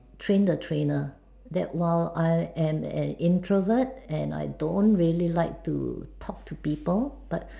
train the trainer that while I am a introvert and I don't really like to talk to people but